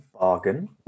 bargain